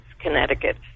Connecticut